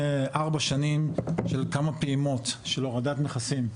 ארבע שנים של כמה פעימות של הורדת מכסים.